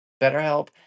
BetterHelp